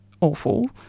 awful